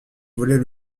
volait